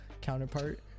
counterpart